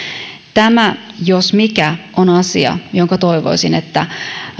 tämä jos mikä on asia jonka osalta toivoisin että